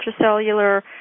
intracellular